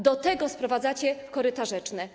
Do tego sprowadzacie koryta rzeczne.